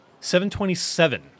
727